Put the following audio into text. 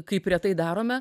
kaip retai darome